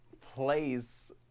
place